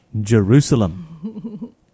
jerusalem